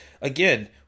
again